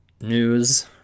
news